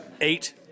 Eight